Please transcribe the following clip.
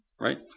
right